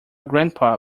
grandpa